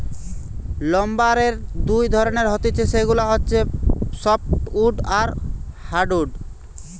লাম্বারের দুই ধরণের হতিছে সেগুলা হচ্ছে সফ্টউড আর হার্ডউড